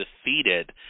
defeated